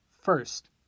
First